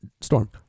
Storm